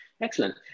Excellent